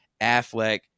Affleck